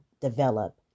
develop